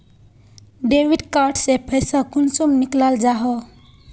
Debit card से पैसा कुंसम निकलाल जाहा?